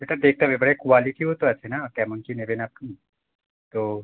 সেটা দেখতে হবে এবারে কোয়ালিটিও তো আছে না কেমন কি নেবেন আপনি তো